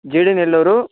జీడి నెల్లూరు